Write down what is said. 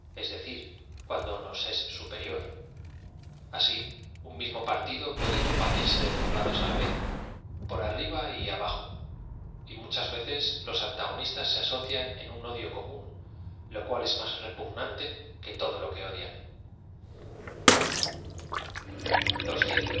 os decir cuando noa ea superior a si un mismo partido puede comba tirse de dos lados á la vez por arriba y abajo y mu chas veces los antagonistas se asocian en un odio común lo cual ea más repugnante que todo lo que odian